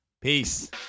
Peace